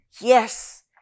Yes